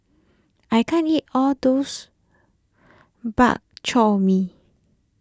I can't eat all those Bak Chor Mee